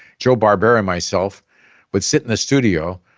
joe barbera and myself would sit in the studio.